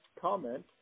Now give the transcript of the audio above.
comment